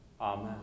Amen